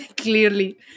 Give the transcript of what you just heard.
Clearly